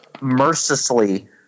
mercilessly –